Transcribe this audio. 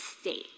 state